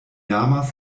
amas